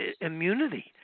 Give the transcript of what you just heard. immunity